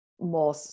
more